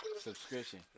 subscription